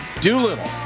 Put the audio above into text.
Doolittle